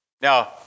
Now